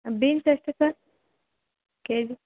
beans ಎಷ್ಟು sir K G